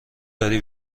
داری